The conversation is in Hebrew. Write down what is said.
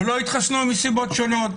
לא התחסנו מסיבות שונות,